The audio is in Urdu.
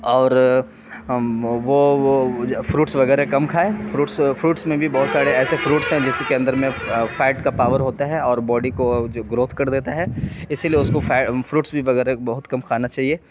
اور وہ وہ فروٹس وغیرہ کم کھائے فروٹس فروٹس میں بھی بہت سارے ایسے فروٹس ہیں جس کے اندر میں فیٹ کا پاور ہوتا ہے اور باڈی کو جو گروتھ کر دیتا ہے اسی لیے اس کو فروٹس بھی وغیرہ بہت کم کھانا چاہیے